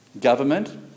government